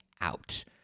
out